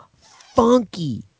funky